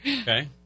Okay